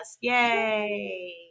Yay